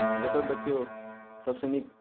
जतय देखियौ सभसँ नीक